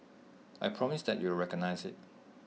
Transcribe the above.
I promise that you will recognise IT